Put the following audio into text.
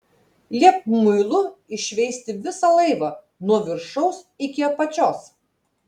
liepk muilu iššveisti visą laivą nuo viršaus iki apačios